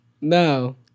No